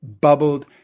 bubbled